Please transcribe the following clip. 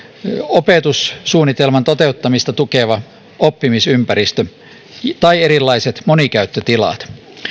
opetussuunnitelman toteuttamista tukeva oppimisympäristö tai erilaiset monikäyttötilat